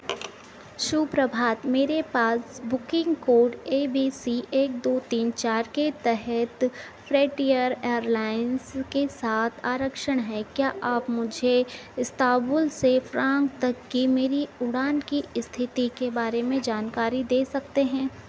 सुप्रभात मेरे पास booking code A B C एक दो तीन चार के तहत फ्रटियर एयरलाइंस के साथ आरक्षण है क्या आप मुझे इस्ताबुल से फ्रांग तक की मेरी उड़ान की स्थिति के बारे में जानकारी दे सकते हैं